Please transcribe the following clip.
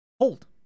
hold